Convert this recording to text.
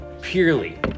Purely